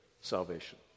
salvation